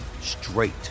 straight